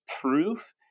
proof